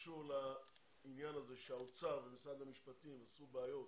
שקשור לעניין הזה שהאוצר ומשרד המשפטים עשו בעיות